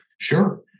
Sure